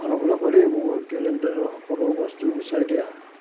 অনুগ্ৰহ কৰি মোৰ কেলেণ্ডাৰৰ সকলো বস্তু গুচাই দিয়া